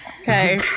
Okay